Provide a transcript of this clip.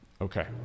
Okay